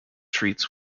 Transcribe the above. treats